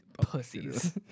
Pussies